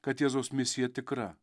kad jėzaus misija tikra